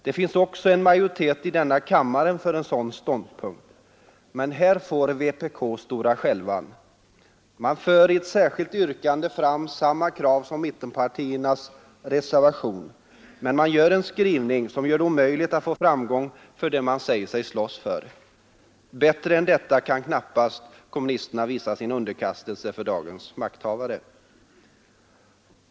Det finns också en majoritet i denna kammare för en sådan ståndpunkt. Men här får vpk stora skälvan. Man för i ett särskilt yrkande fram samma krav som mittenpartiernas reservation men har en skrivning som gör det omöjligt att få framgång för det man säger sig slåss för. Bättre än på detta sätt kan knappast vpk visa sin underkastelse för dagens makthavare.